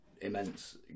immense